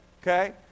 okay